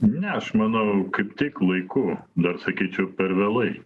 ne aš manau kaip tik laiku dar sakyčiau per vėlai